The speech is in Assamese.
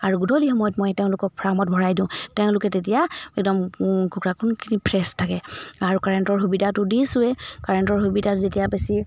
আৰু গধূলি সময়ত মই তেওঁলোকক ফাৰ্মত ভৰাই দিওঁ তেওঁলোকে তেতিয়া একদম কুকুৰা কোনখিনি ফ্ৰেছ থাকে আৰু কাৰেণ্টৰ সুবিধাটো দিছোৱেই কাৰেণ্টৰ সুবিধা যেতিয়া বেছি